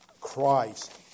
Christ